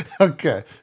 Okay